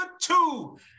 two